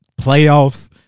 playoffs